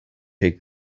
take